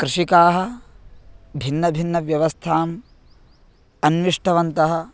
कृषिकाः भिन्नभिन्नव्यवस्थाम् अन्विष्टवन्तः